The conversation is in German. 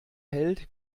held